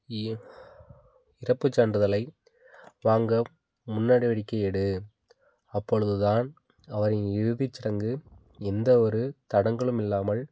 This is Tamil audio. இ இறப்புச் சான்றிதழை வாங்க முன்நடவடிக்கை எடு அப்பொழுது தான் அவரின் இறுதிச் சடங்கு எந்த ஒரு தடங்கலும் இல்லாமல்